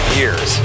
years